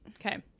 Okay